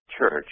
church